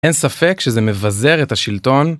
אין ספק שזה מבזר את השלטון.